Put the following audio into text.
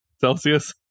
Celsius